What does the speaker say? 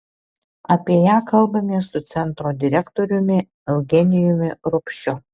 apie ją kalbamės su centro direktoriumi eugenijumi rupšiu